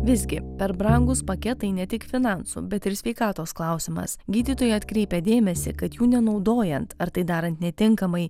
visgi per brangūs paketai ne tik finansų bet ir sveikatos klausimas gydytoja atkreipia dėmesį kad jų nenaudojant ar tai darant netinkamai